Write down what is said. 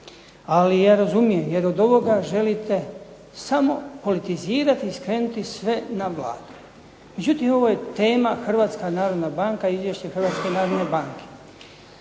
Ali ja razumijem, jer od ovoga želite samo politizirati i skrenuti sve na Vladu. Međutim ovo je tema Hrvatska narodna banka i izvješće Hrvatske narodne banke.